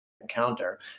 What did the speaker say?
encounter